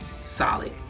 solid